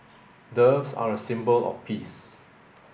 doves are a symbol of peace